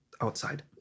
outside